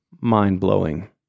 mind-blowing